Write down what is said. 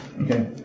Okay